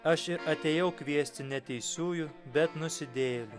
aš ir atėjau kviesti ne teisiųjų bet nusidėjėlių